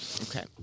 Okay